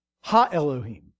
ha-Elohim